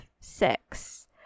six